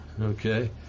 okay